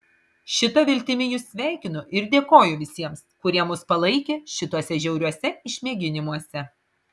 šita viltimi jus sveikinu ir dėkoju visiems kurie mus palaikė šituose žiauriuose išmėginimuose